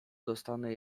dostanę